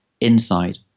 inside